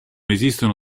esistono